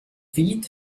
feet